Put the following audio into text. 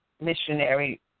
missionary